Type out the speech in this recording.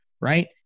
Right